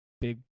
big